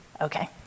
Okay